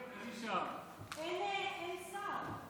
אין שר.